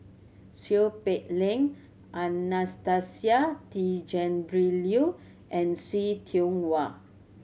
Seow Peck Leng Anastasia Tjendri Liew and See Tiong Wah